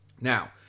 now